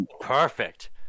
Perfect